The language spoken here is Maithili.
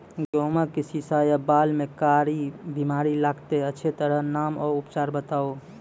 गेहूँमक शीश या बाल म कारी बीमारी लागतै अछि तकर नाम आ उपचार बताउ?